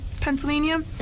Pennsylvania